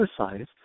exercise